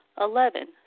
Eleven